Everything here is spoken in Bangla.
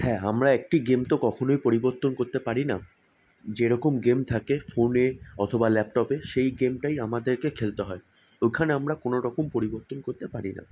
হ্যাঁ আমরা একটি গেম তো কখনোই পরিবর্তন করতে পারি না যেরকম গেম থাকে ফোনে অথবা ল্যাপটপে সেই গেমটাই আমাদেরকে খেলতে হয় ওখানে আমরা কোনো রকম পরিবর্তন করতে পারি না